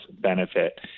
Benefit